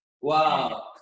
Wow